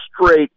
straight